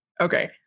Okay